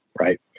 right